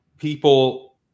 people